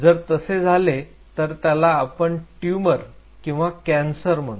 जर तसे झाले तर त्याला आपण ट्यूमर किंवा कॅन्सर म्हणतो